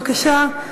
בבקשה,